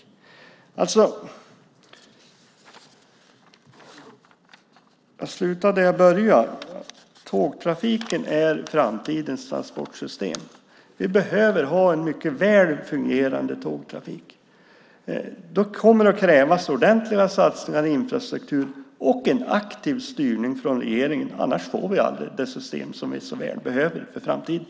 Jag slutar med det jag började med: Tågtrafiken är framtidens transportsystem. Vi behöver en mycket väl fungerande tågtrafik. Men då kommer det att krävas ordentliga satsningar på infrastrukturen och också en aktiv styrning från regeringen; annars får vi aldrig det system som vi så väl behöver för framtiden.